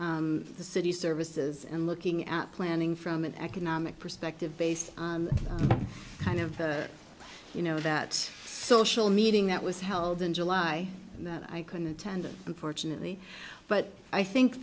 the city services and looking at planning from an economic perspective based kind of you know that social meeting that was held in july and that i couldn't attend unfortunately but i think